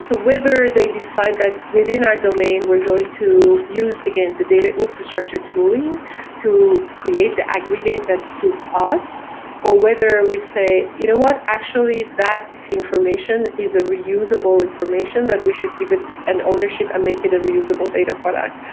so whether they decide that within our domain, we're going to use, again, the data infrastructure tooling to create the aggregate that suits us or whether we say, you know what? actually, that information is a reusable information that we should give it an ownership and make it a reusable data product.